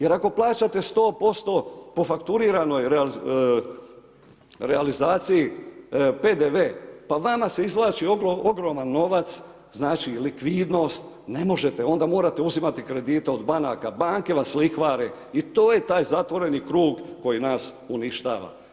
Jer ako plaćate 100% po fakturiranoj realizaciji, PDV, pa vama se izvlači ogroman novac, znači likvidnost, ne možete, onda morate uzimati kredite od banaka, banke vas lihvare i to je taj zatvoreni krug koji nas uništava.